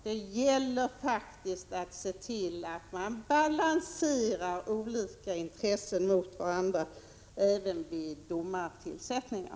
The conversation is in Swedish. Det gäller faktiskt att se till att balansera olika intressen mot varandra även vid domartillsättningar.